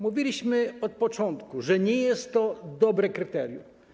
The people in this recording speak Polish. Mówiliśmy od początku, że nie jest to dobre kryterium.